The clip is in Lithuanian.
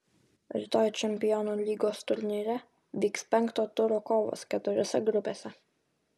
rytoj čempionų lygos turnyre vyks penkto turo kovos keturiose grupėse